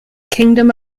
kingdom